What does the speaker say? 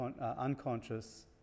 unconscious